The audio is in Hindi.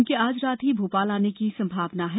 इनके आज रात ही भोपाल आने की संभावना है